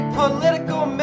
political